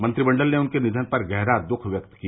मंत्रिमंडल ने उनके निघन पर गहरा द्ख व्यक्त किया